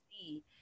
see